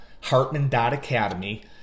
Hartman.Academy